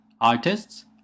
artists